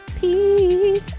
peace